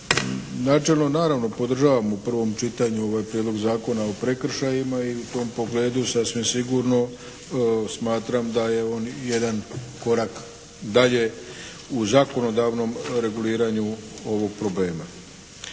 Načelno naravno podržavam u prvom čitanju ovaj Prijedlog Zakona o prekršajima i u tom pogledu sasvim sigurno smatram da je on jedan korak dalje u zakonodavnom reguliranju ovog problema,